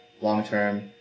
long-term